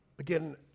Again